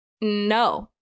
No